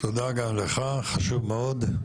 תודה גם לך, חשוב מאוד.